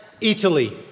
Italy